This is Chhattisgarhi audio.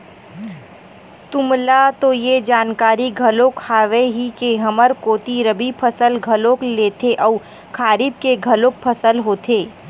तुमला तो ये जानकारी घलोक हावे ही के हमर कोती रबि फसल घलोक लेथे अउ खरीफ के घलोक फसल होथे